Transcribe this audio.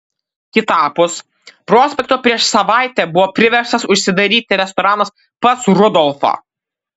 kitapus prospekto prieš savaitę buvo priverstas užsidaryti restoranas pas rudolfą